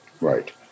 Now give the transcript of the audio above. Right